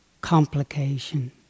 complication